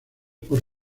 por